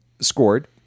scored